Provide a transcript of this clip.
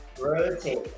rotate